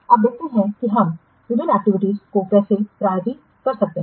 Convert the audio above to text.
अब देखते हैं कि हम विभिन्न एक्टिविटीयों को कैसे प्रायोरिटी कर सकते हैं